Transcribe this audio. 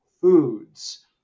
foods